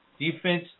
Defense